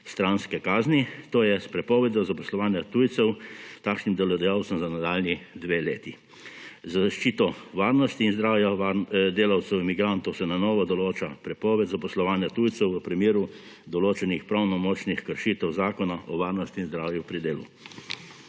stranske kazni, to je s prepovedjo zaposlovanja tujcev takšnim delodajalcem za nadaljnji dve leti. Za zaščito varnosti in zdravja delavcev migrantov se na novo določa prepoved zaposlovanja tujcev v primeru določenih pravnomočnih kršitev Zakona o varnosti in zdravju pri delu.